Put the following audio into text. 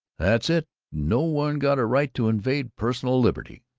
that's it no one got a right to invade personal liberty,